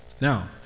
Now